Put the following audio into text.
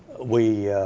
we,